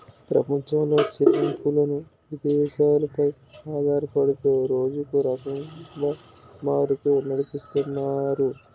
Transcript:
ప్రపంచంలో చెల్లింపులను విదేశాలు పై ఆధారపడుతూ రోజుకో రకంగా మారుస్తూ నడిపితున్నారు